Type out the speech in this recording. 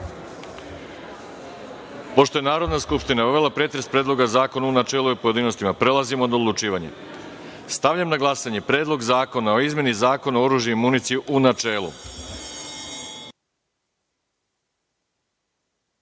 je Narodna skupština obavila pretres Predloga zakona u načelu i pojedinostima, prelazimo na odlučivanje. Stavljam na glasanje Predlog zakona o izmeni Zakona o oružju i municiji, u